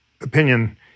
opinion